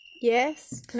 Yes